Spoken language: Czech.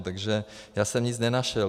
Takže já jsem nic nenašel.